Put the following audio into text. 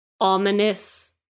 ominous